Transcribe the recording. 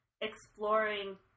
exploring